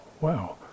wow